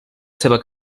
seva